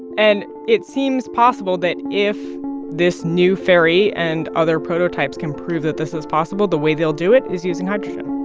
and it seems possible that if this new ferry and other prototypes can prove that this is possible, the way they'll do it is using hydrogen